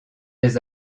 des